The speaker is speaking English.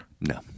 No